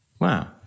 Wow